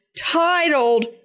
titled